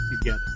together